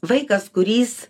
vaikas kuris